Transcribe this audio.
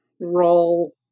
roll